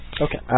Okay